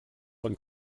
von